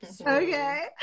okay